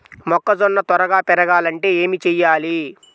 మొక్కజోన్న త్వరగా పెరగాలంటే ఏమి చెయ్యాలి?